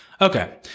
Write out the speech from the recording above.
Okay